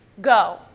go